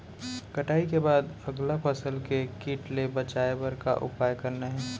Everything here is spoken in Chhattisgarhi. कटाई के बाद अगला फसल ले किट ले बचाए बर का उपाय करना हे?